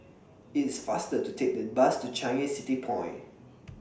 IT IS faster to Take The Bus to Changi City Point